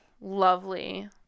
lovely